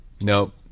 Nope